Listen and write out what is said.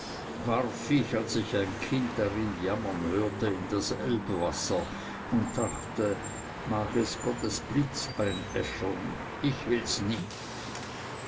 warf ich als ich ein kind darin jammern hörte in das elbwasser und dachte mag es gottes blitz einäschern ich will's nicht